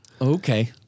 Okay